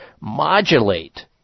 modulate